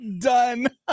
Done